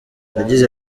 yagize